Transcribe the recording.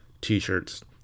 t-shirts